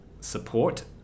support